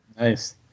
Nice